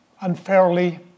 unfairly